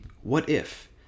what-if